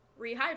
rehydrate